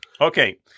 Okay